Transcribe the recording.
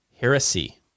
heresy